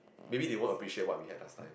maybe they won't appreciate what we had last time